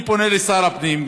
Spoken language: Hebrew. אני פונה אל שר הפנים.